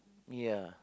ya